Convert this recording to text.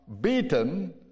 beaten